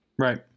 Right